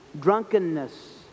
drunkenness